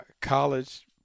college